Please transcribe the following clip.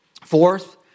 Fourth